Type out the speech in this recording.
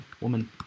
Woman